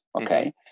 Okay